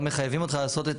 לא מחייבים אותך לעשות,